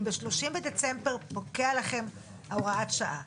אם ב-30 בדצמבר פוקעת לכם הוראת השעה,